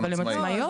אבל הן עצמאיות.